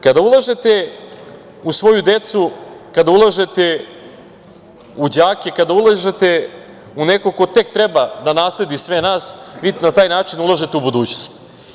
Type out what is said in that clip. Kada ulažete u svoju decu, kada ulažete u đake, kada ulažete u nekog ko tek treba da nasledi sve nas, vi na taj način ulažete u budućnost.